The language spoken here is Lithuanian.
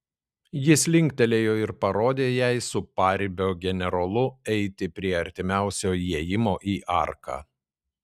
jis linktelėjo ir parodė jai su paribio generolu eiti prie artimiausio įėjimo į arką